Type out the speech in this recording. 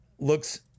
looks